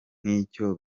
nk’icyo